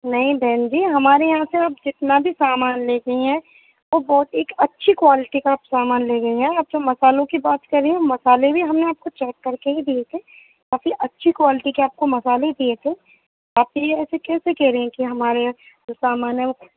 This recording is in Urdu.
نہیں بہن جی ہمارے یہاں سے آپ جتنا بھی سامان لے گئیں ہیں وہ بہت ایک اچھی کوالٹی کا آپ سامان لے گئیں ہیں آپ جو مسالوں کی بات کر رہی ہیں مسالے بھی ہم نے آپ کو چیک کر کے ہی دیے تھے کافی اچھی کوالٹی کے آپ کو مسالے دیے تھے آپ یہ ایسے کیسے کہہ رہی ہیں کہ ہمارے یہاں جو سامان ہے وہ